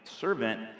servant